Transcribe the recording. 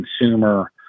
consumer